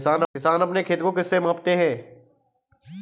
किसान अपने खेत को किससे मापते हैं?